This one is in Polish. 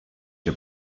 się